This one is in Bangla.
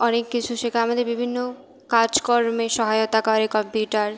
অনেক কিছু শেখায় আমাদের বিভিন্ন কাজকর্মে সহায়তা করে কম্পিউটার